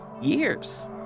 Years